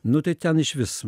nu tai ten išvis